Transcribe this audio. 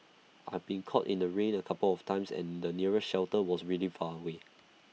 I've been caught in the rain A couple of times and the nearest shelter was really far away